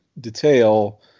detail